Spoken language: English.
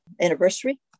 anniversary